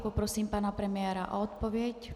Poprosím pana premiéra o odpověď.